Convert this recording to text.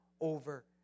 over